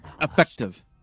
effective